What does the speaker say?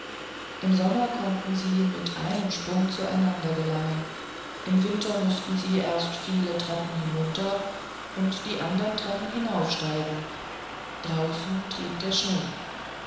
im sommer konnten sie mit einem sprunge zu einander gelangen im winter mußten sie erst die vielen treppen hinunter und die andern treppen hinaufsteigen draußen trieb der schnee